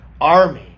army